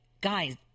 guys